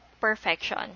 perfection